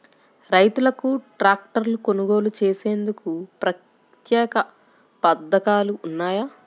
రైతులకు ట్రాక్టర్లు కొనుగోలు చేసేందుకు ప్రత్యేక పథకాలు ఉన్నాయా?